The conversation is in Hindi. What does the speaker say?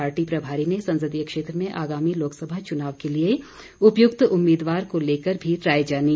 पार्टी प्रभारी ने संसदीय क्षेत्र में आगामी लोकसभा चुनाव के लिए उपयुक्त उम्मीदवार को लेकर भी राय जानी